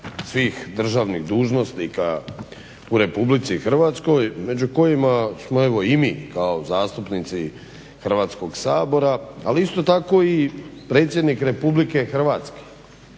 svih državnih dužnosnika u Republici Hrvatskoj među kojima smo i mi kao zastupnici Hrvatskog sabora, ali isto tako i predsjednik Republike Hrvatske.